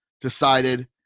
decided